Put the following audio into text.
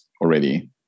already